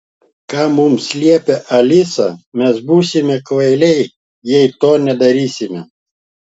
ką mums liepia alisa mes būsime kvailiai jei to nedarysime